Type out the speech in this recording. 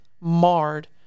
marred